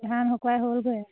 ধান শুকুৱাই হ'লগৈ